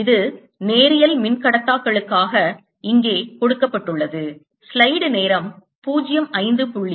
இது நேரியல் மின்கடத்தாக்களுக்காக இங்கே கொடுக்கப்பட்டுள்ளது